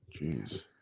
Jeez